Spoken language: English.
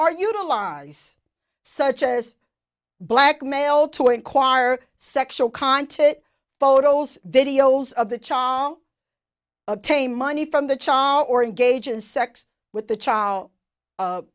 are utilize such as blackmail to enquire sexual content photos videos of the channel obtain money from the child or gauges sex with the child